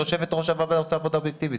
יושבת ראש הוועדה עושה עבודה אובייקטיבית,